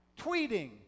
tweeting